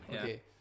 Okay